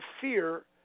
fear